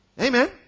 amen